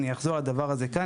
אני אחזור על הדבר הזה כאן,